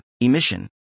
emission